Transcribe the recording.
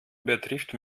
übertrifft